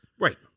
Right